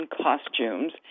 costumes